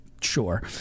Sure